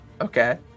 Okay